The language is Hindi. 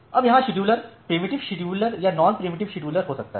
अब यहां शेड्यूलर प्रिएम्पटीव शेड्यूलर या नॉन प्रिएम्पटीव शेड्यूलर हो सकता है